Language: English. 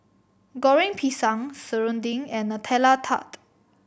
Goreng Pisang serunding and Nutella Tart